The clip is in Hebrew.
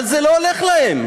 אבל זה לא הולך להם,